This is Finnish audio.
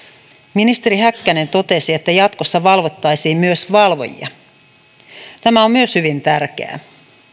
ministeri häkkänen totesi että jatkossa valvottaisiin myös valvojia myös tämä on hyvin tärkeää